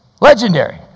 Legendary